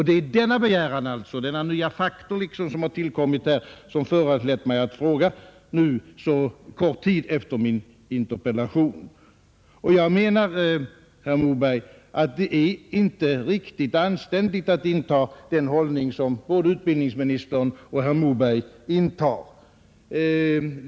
Det är denna begäran, denna nytillkomna faktor, som har föranlett mig så kort tid efter min interpellation att fråga på nytt. Jag anser, herr Moberg, att det inte är riktigt anständigt att inta den hållning som både herr utbildningsministern och herr Moberg har gjort.